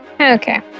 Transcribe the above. Okay